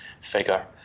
figure